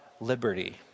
liberty